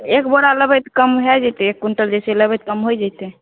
एक बोरा लेबै तऽ कम भए जेतै एक क्यूंट्ल जैसे लेबै तऽ कम होइ जइतै